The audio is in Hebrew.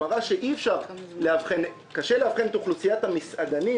מראה שקשה לאבחן את אוכלוסיית המסעדנים